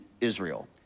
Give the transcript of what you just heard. Israel